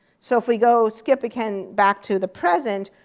so if we go skip again back to the present,